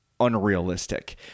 unrealistic